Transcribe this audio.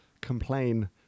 Complain